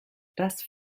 das